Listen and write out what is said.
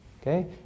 Okay